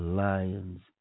lion's